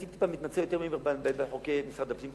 אני טיפ-טיפה מתמצא יותר ממך בחוקי משרד הפנים.